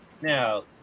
Now